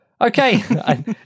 Okay